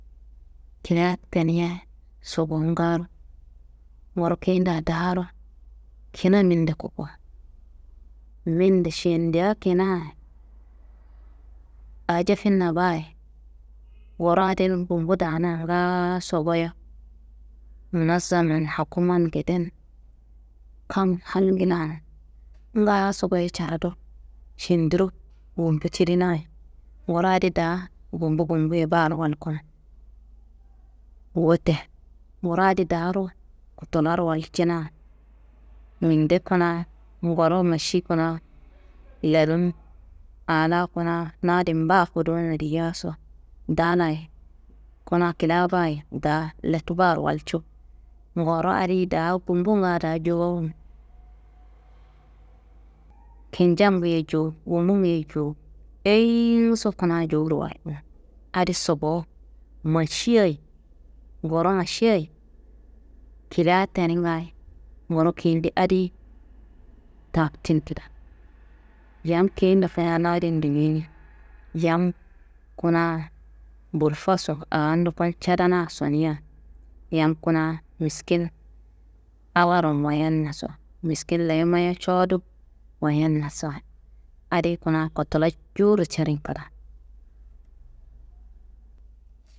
Kilia tenia sobongaro nguro keyendea daaro kina minde kuko. Minde šendea kinaa aa jefinna baaye nguro adin gumbu daana ngaaso goyo munazama n Hakuma n ngede n. Kam hal ngilan ngaaso goyo caradu šendiro gumbu cedinayi nguro adi daa gumbu gumbu ye baaro walkuno. Wote nguro adi daaro kotularo walcina, minde kuna nguro maši kuna lenum aa laa kuna nadin baa kudunna diyaso dalayi kuna kilia baayi daa lettu baaro walcu, nguro adiyi daa gumbunga daa jowowuno, kincangu ye jowu, gumbungu ye jowu eyiyinguso kuna jowuro walkuno, adi sobowu mašiayi, nguro mašiayi kilia teningayi nguro keyende adiyi tabtin kida, yam keyende faya nadin dowuyina, yam kuna bulfaso aa ndokon cadanaso niya, yam kuna miskin Allaharo mayennaso, miskin leye mayo cowodu wayennaso adi kuna kotula jowuro cerin kada.